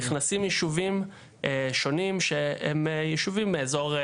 נכנסים יישובים שונים שהם יישובים מאזור,